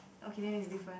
okay then is different